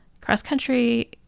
cross-country